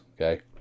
Okay